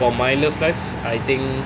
for my love life I think